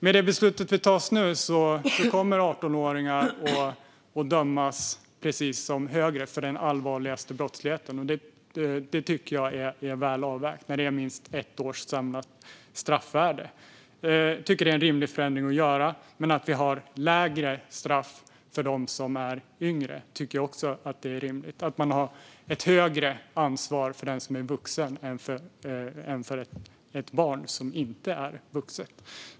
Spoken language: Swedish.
Med det beslut som ska fattas nu kommer 18-åringar att dömas precis som äldre för den allvarligaste brottsligheten. Det tycker jag är väl avvägt när det är minst ett års samlat straffvärde. Det är en rimlig förändring att göra. Men att vi har lägre straff för dem som är yngre är också rimligt. Den som är vuxen har ett större ansvar än ett barn, som inte är vuxen. Fru talman!